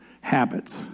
habits